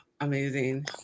amazing